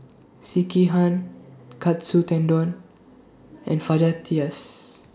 Sekihan Katsu Tendon and